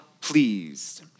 pleased